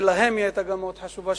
וגם להם היא היתה מאוד חשובה.